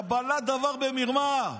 קבלת דבר במרמה.